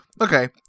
Okay